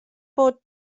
bod